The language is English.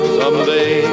someday